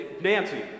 Nancy